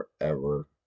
forever